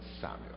Samuel